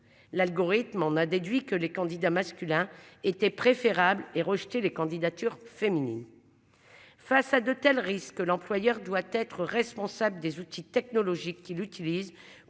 l'algorithme en a déduit que les candidats masculins était préférable et rejeté les candidatures féminines. Face à de tels risques. L'employeur doit être responsable des outils technologiques qui l'utilise